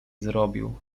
zrobił